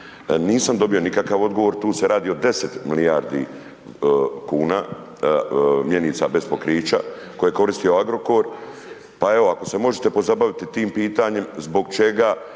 nisam dobio nikakav odgovor, tu se radi o 10 milijardi kuna, mjenica bez pokrića koje je koristio Agrokor, pa evo ako se možete pozabaviti tim pitanjem zbog čega